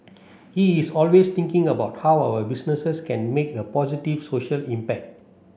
he is always thinking about how our businesses can make a positive social impact